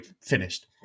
finished